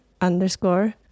underscore